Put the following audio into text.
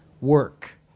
work